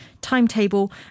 timetable